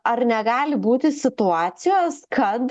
ar negali būti situacijos kad